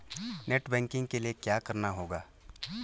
Net banking के लिए क्या करना होगा?